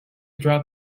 drop